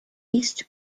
east